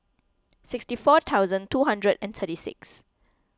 sixty four thousand two hundred and thirty six